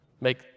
make